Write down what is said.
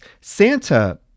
Santa